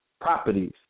properties